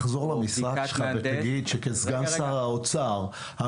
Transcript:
תחזור למשרד שלך ותגיד שכסגן שר האוצר,